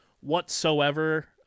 whatsoever